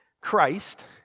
Christ